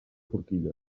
forquilla